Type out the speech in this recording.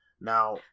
Now